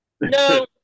No